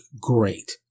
Great